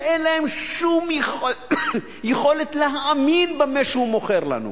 שאין להם שום יכולת להאמין במה שהוא מוכר לנו.